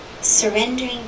surrendering